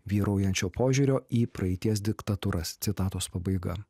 vyraujančio požiūrio į praeities diktatūras citatos pabaiga